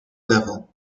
level